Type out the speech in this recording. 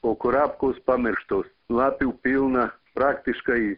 o kurapkos pamirštos lapių pilna praktiškai